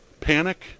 panic